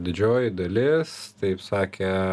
didžioji dalis taip sakė